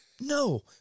No